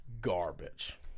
garbage